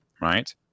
right